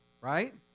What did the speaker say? right